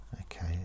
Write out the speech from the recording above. Okay